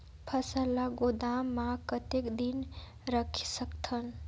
फसल ला गोदाम मां कतेक दिन रखे सकथन?